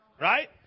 Right